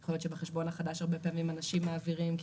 יכול להיות שבחשבון החדש אנשים מעבירים כי